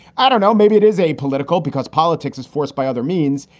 i don't know, maybe it is a political because politics is forced by other means.